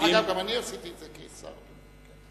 גם אני עשיתי את זה כשהייתי שר.